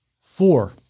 Four